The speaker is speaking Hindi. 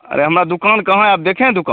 अरे हमारा दुकान कहाँ है आप देखे हैं दुकान